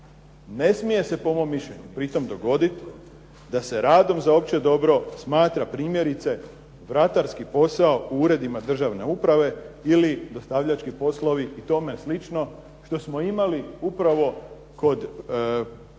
Ne smije se po mom mišljenju pritom dogoditi da se radom za opće dobro smatra primjerice vratarski posao u uredima državne uprave ili dostavljački poslovi i tome slično što smo imali upravo kod civilnog